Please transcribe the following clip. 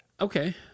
okay